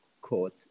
court